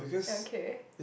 ya okay